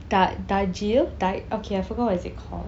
da~ darjeel da~ okay I forgot what is it called